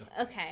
Okay